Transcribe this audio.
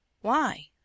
Why